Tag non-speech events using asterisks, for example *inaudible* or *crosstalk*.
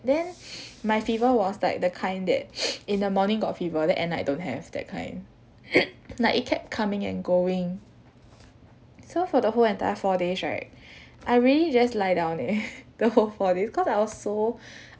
then my fever was like the kind that *noise* in the morning got fever then at night don't have that kind *coughs* like it kept coming and going so for the whole entire four days right I really just lie down leh *laughs* the whole four days cause I was so